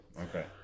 Okay